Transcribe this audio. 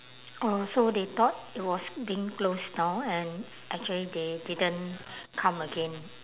oh so they thought it was being closed down and actually they didn't come again